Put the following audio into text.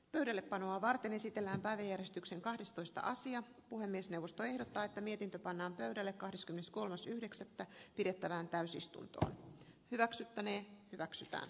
pöydällepanoa varten esitellään värieristyksen kahdestoista sija puhemiesneuvosto ehdottaa että mietintö pannaan pöydälle kahdeskymmeneskolmas yhdeksättä pidettävään täysistunto hyväksyttäneen hyväksytään